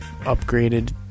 upgraded